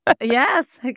Yes